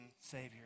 Savior